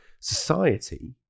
society